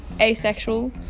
asexual